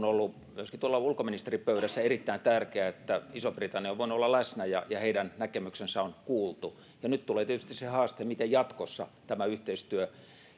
ollut myöskin tuolla ulkoministeripöydässä erittäin tärkeää että iso britannia on voinut olla läsnä ja ja heidän näkemyksensä on kuultu nyt tulee tietysti se haaste miten jatkossa tämä yhteistyö